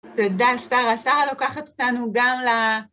תודה, שרה. שרה לוקחת אותנו גם ל...